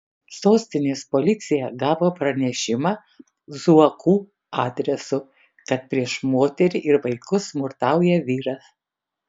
sostinės policija gavo pranešimą zuokų adresu kad prieš moterį ir vaikus smurtauja vyras